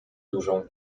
dużą